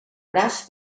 braç